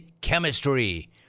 chemistry